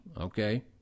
okay